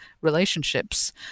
relationships